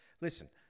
listen